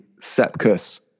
Sepkus